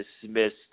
dismissed